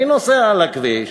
אני נוסע על הכביש,